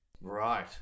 Right